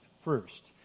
first